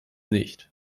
nicht